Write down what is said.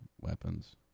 weapons